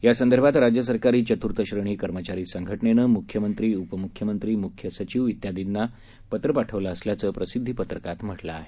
या संदर्भात राज्य सरकारी चत्र्थश्रेणी कर्मचारी संघटनेनं मुख्यमंत्री उपमुख्यमंत्री मुख्य सचिव इत्यादींना पाठवलं असल्याचं प्रसिद्धीपत्रकात म्हटलं आहे